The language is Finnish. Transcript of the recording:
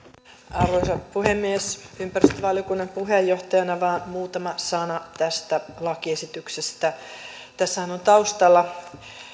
arvoisa puhemies ympäristövaliokunnan puheenjohtajana vain muutama sana tästä lakiesityksestä tässähän on taustalla